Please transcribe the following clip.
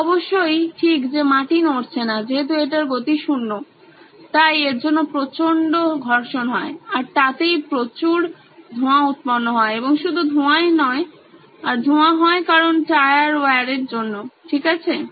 এটা অবশ্যই মাটি নড়ছে না যেহেতু এটার গতি 0 তাই এর জন্য প্রচন্ড ঘর্ষণ হয় আর তাতেই প্রচুর ধোঁয়া উৎপন্ন হয় এবং শুধু ধোঁয়াই নয় আর ধোঁয়া হয় কারণ টায়ার ওয়ার এর জন্য ঠিক আছে